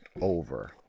over